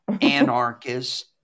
anarchist